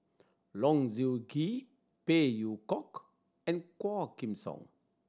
Low Siew Nghee Phey Yew Kok and Quah Kim Song